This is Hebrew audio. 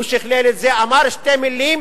הוא שכלל את זה, אמר שתי מלים,